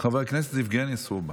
חבר הכנסת יבגני סובה.